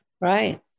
Right